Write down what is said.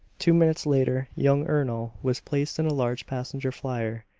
two minutes later young ernol was placed in a large passenger flier,